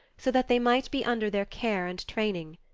so that they might be under their care and training.